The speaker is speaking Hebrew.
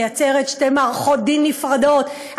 שיוצרת שתי מערכות דין נפרדות,